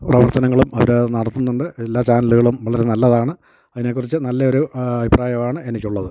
പ്രവർത്തനങ്ങളും അവരത് നടത്തുന്നുണ്ട് എല്ലാ ചാനലുകളും വളരെ നല്ലതാണ് അതിനെക്കുറിച്ച് നല്ലൊരു അഭിപ്രായമാണ് എനിക്കുള്ളത്